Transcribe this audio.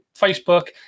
Facebook